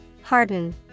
Harden